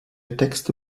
texte